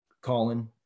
Colin